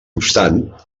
obstant